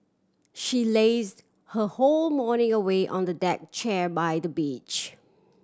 she lazed her whole morning away on the deck chair by the beach